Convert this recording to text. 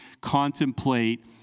contemplate